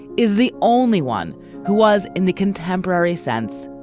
is the only one who was, in the contemporary sense,